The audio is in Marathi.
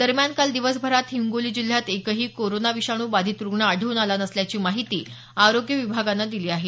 दरम्यान काल दिवसभरात जिल्ह्यात एकही कोरोना बाधित रुग्ण आढळून आला नसल्याची माहिती आरोग्य विभागानं दिली आहे